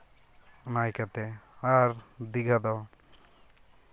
ᱚᱱᱟ ᱤᱭᱠᱷᱟᱹᱛᱮ ᱟᱨ ᱫᱤᱜᱷᱟ ᱫᱚ